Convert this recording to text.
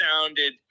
sounded